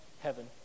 heaven